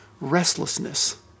restlessness